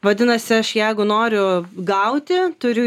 vadinasi aš jeigu noriu gauti turiu